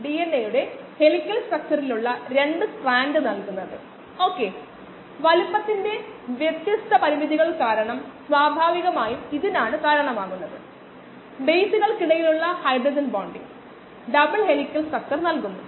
ചില സമയങ്ങളിൽ വൈബിലിറ്റി ശതമാനം വളരെ ഉയർന്നതാണ് 97 98 ശതമാനം ഇത് നമ്മുടെ പ്രായോഗിക കോശങ്ങളുടെ സാന്ദ്രതയാണോ അല്ലെങ്കിൽ മൊത്തം കോശങ്ങളുടെ സാന്ദ്രതയാണോ പിന്തുടരുന്നത് എന്നത് ഒരു വ്യത്യാസവുമില്ല